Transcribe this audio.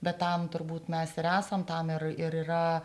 bet tam turbūt mes ir esam tam ir yra